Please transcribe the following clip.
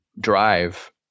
drive